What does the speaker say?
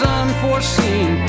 unforeseen